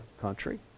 country